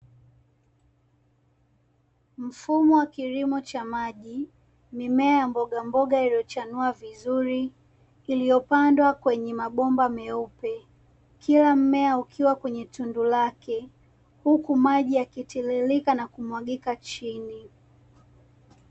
Mfumo wa kilimo cha maji, mimea ya mbogamboga iliyochanua vizuri iliyopandwa kwenye mabomba meupe. Kila mmea ukiwa kwenye tundu lake, huku maji yakitiririka na kumwagika chini.